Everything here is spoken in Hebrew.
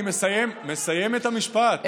אני מסיים את המשפט,